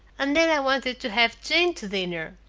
and then i wanted to have jane to dinner.